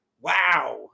wow